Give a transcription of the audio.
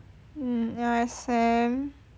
mm